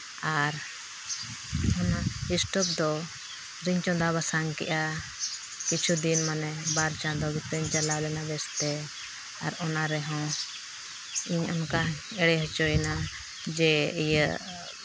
ᱟᱨ ᱚᱱᱟ ᱥᱴᱳᱵᱷ ᱫᱚ ᱟᱹᱨᱤᱧ ᱪᱚᱸᱫᱟ ᱵᱟᱥᱟᱝ ᱠᱮᱜᱼᱟ ᱠᱤᱪᱷᱩ ᱫᱤᱱ ᱢᱟᱱᱮ ᱵᱟᱨ ᱪᱟᱸᱫᱳ ᱞᱮᱠᱟᱧ ᱪᱟᱞᱟᱣ ᱞᱮᱱᱟ ᱵᱮᱥᱛᱮ ᱟᱨ ᱚᱱᱟ ᱨᱮᱦᱚᱸ ᱤᱧ ᱚᱱᱠᱟ ᱮᱲᱮ ᱦᱚᱪᱚᱭᱮᱱᱟ ᱡᱮ ᱤᱭᱟᱹ